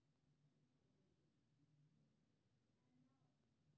बगान मे चायक पौधारोपण लेल ई संघ मजदूरक भर्ती के नियम सेहो बनेने रहै